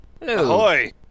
Ahoy